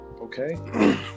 Okay